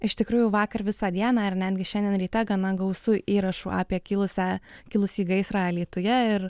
iš tikrųjų vakar visą dieną ir netgi šiandien ryte gana gausu įrašų apie kilusią kilusį gaisrą alytuje ir